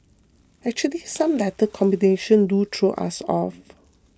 actually some letter combination do throw us off